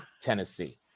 Tennessee